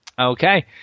Okay